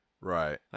Right